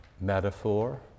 metaphor